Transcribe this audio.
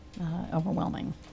overwhelming